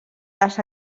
les